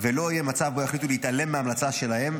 ולא יהיה מצב שבו יחליטו להתעלם מהמלצה שלהם,